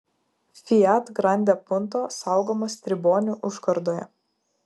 fiat grande punto saugomas tribonių užkardoje